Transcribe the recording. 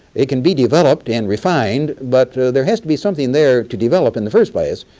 it can be developed and refined, but there has to be something there to develop in the first place,